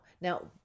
Now